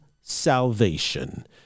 salvation